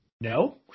No